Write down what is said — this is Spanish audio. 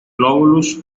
lóbulos